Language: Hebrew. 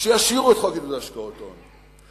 ושישאירו את חוק עידוד השקעות הון,